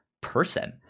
person